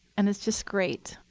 and it's just great.